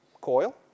coil